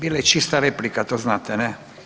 Bila je čista replika, to znate, ne?